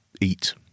eat